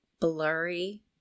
blurry